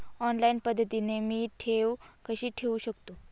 Online पद्धतीने मी ठेव कशी ठेवू शकतो?